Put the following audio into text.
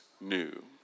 new